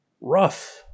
Rough